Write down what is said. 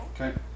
Okay